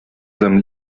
seinem